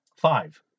Five